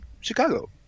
Chicago